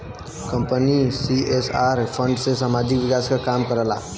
company CSR fund से सामाजिक विकास क काम करला